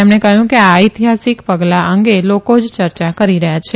તેમણે કહયું કે આ ઐતિહાસીક પગલાં અંગે લોકો જ યર્ચા કરી રહ્યાં છે